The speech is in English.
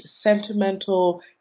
sentimental